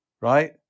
right